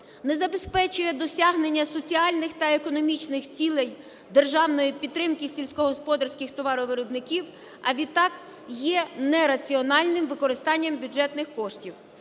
не забезпечує досягнення соціальних та економічних цілей державної підтримки сільськогосподарських товаровиробників, а відтак є нераціональним використанням бюджетних коштів.